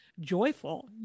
joyful